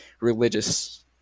religious